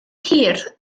hir